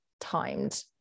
timed